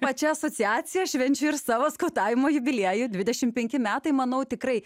pačia asociacija švenčiu ir savo skautavimo jubiliejų dvidešim penki metai manau tikrai